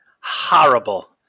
Horrible